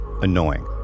annoying